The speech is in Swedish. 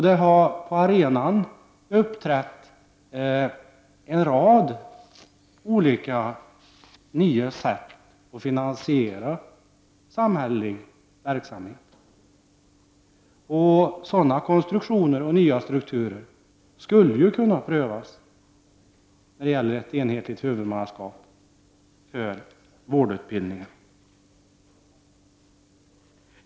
Det har redan uppträtt en rad olika nya sätt att finansiera samhällelig verksamhet. Sådana konstruktioner och nya strukturer skulle kunna prövas när det gäller ett enhetligt huvudmannaskap för vårdutbildningen.